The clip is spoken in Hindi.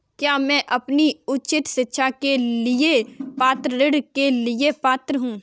क्या मैं अपनी उच्च शिक्षा के लिए छात्र ऋण के लिए पात्र हूँ?